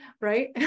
Right